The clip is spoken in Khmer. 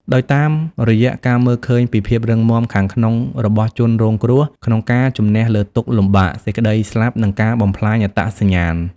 ដោយតាមរយៈការមើលឃើញពីភាពរឹងមាំខាងក្នុងរបស់ជនរងគ្រោះក្នុងការជម្នះលើទុក្ខលំបាក សេចក្ដីស្លាប់ និងការបំផ្លាញអត្តសញ្ញាណ។